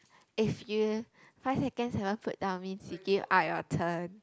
if you five seconds never put down means you give up your turn